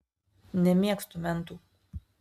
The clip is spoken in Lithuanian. nemėgstu mentų